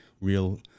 real